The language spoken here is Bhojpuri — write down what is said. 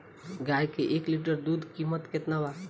गाय के एक लीटर दूध कीमत केतना बा?